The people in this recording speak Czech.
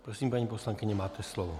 Prosím, paní poslankyně, máte slovo.